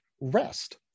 Rest